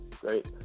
great